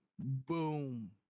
boom